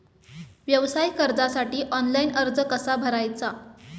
व्यवसाय कर्जासाठी ऑनलाइन अर्ज कसा भरायचा?